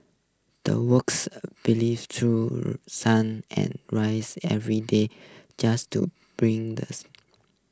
the workers believe through sun and raise every day just to bring the